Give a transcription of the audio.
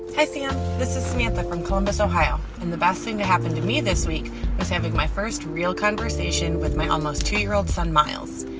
hi, sam. this is samantha from columbus, ohio. and the best thing that happened to me this week was having my first real conversation with my almost two year old son miles.